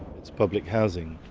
it's public housing.